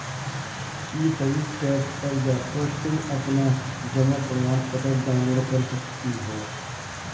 ई service tab पर जाकर तुम अपना जमा प्रमाणपत्र डाउनलोड कर सकती हो